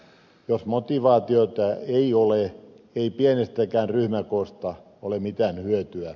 jos motivaatiota ei ole ei pienestäkään ryhmäkoosta ole mitään hyötyä